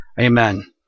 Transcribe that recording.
amen